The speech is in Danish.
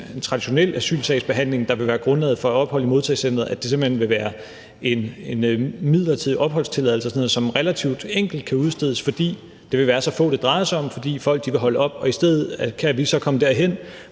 en traditionel asylsagsbehandling, der vil være grundlaget for et ophold i modtagecenteret. Det vil simpelt hen være en midlertidig opholdstilladelse eller sådan noget, som relativt enkelt kan udstedes, fordi det vil være så få, det drejer sig om, fordi folk vil holde op med det. I stedet kan vi så komme derhen,